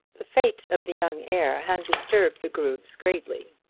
the fate of the young heir had disturbed the grooves greatly,